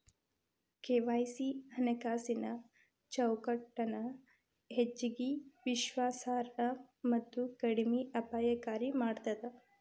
KYC ಹಣಕಾಸಿನ್ ಚೌಕಟ್ಟನ ಹೆಚ್ಚಗಿ ವಿಶ್ವಾಸಾರ್ಹ ಮತ್ತ ಕಡಿಮೆ ಅಪಾಯಕಾರಿ ಮಾಡ್ತದ